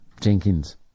Jenkins